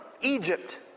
Egypt